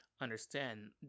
understand